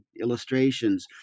illustrations